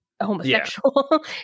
homosexual